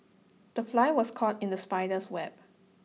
the fly was caught in the spider's web